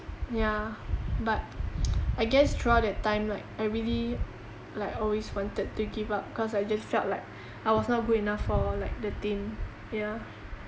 yeah but I guess throughout that time like I really like always wanted to give up cause I just felt like I was not good enough for like the team ya